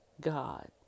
God